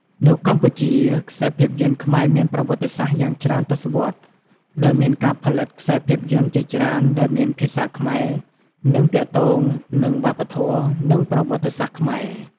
នៅកម្ពុជា ខ្សែភាពយន្តខ្មែរមានប្រវត្តិសាស្ត្រយ៉ាងច្រើនទសវត្សរ៍ ដោយមានការផលិតខ្សែភាពយន្តជាច្រើនដែលមានភាសាខ្មែរ និងទាក់ទងនឹងវប្បធម៌ និងប្រវត្តិសាស្ត្រខ្មែរ។